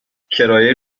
کرایه